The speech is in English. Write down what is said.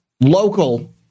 local